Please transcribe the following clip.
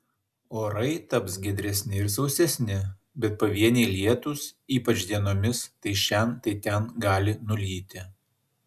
orai taps giedresni ir sausesni bet pavieniai lietūs ypač dienomis tai šen tai ten gali nulyti